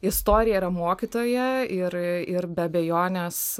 istorija yra mokytoja ir ir be abejonės